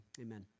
amen